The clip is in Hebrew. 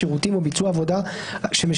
שירותים או ביצוע העבודה שמשמשים,